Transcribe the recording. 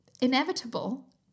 inevitable